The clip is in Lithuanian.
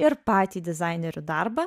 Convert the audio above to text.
ir patį dizainerių darbą